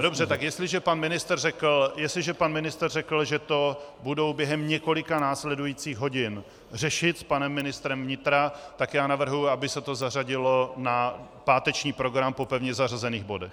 Dobře, tak jestliže pan ministr řekl, že to budou během několika následujících hodin řešit s panem ministrem vnitra, tak já navrhuji, aby se to zařadilo na páteční program po pevně zařazených bodech.